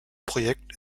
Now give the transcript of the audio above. projekt